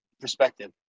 perspective